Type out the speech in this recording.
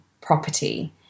property